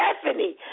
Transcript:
Stephanie